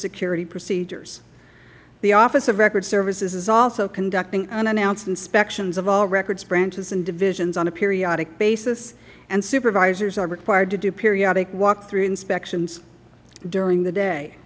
security procedures the office of records services is also conducting unannounced inspections of all records branches and divisions on a periodic basis and supervisors are required to do periodic walk through inspections during the day